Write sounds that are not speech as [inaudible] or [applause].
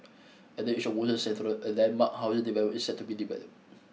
at the edge of Woodlands [unintelligible] a landmark housing development is set to be developed